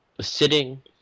...sitting